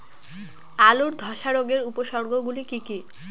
আলুর ধ্বসা রোগের উপসর্গগুলি কি কি?